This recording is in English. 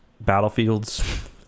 battlefields